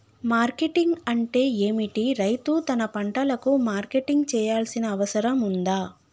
Marketing అంటే ఏమిటి? రైతు తన పంటలకు మార్కెటింగ్ చేయాల్సిన అవసరం ఉందా?